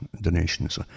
donations